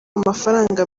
amafaranga